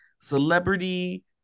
celebrity